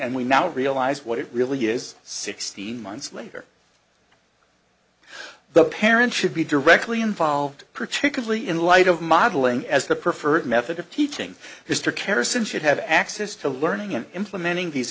and we now realize what it really is sixteen months later the parent should be directly involved particularly in light of modeling as the preferred method of teaching history kerrison should have access to learning and implementing these